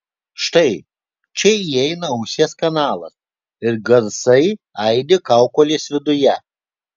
štai čia įeina ausies kanalas ir garsai aidi kaukolės viduje